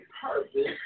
purpose